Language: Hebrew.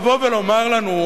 לבוא ולומר לנו,